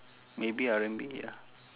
maybe R&B ya